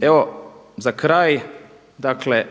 Evo za kraj, dakle